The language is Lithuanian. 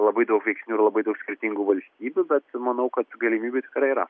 labai daug veiksnių ir labai daug skirtingų valstybių bet manau kad galimybių tikrai yra